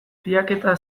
pintaketa